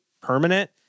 permanent